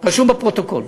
רשום בפרוטוקול.